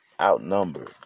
outnumbered